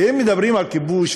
ואם מדברים על כיבוש,